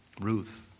Ruth